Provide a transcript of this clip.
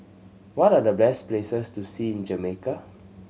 what are the best places to see in Jamaica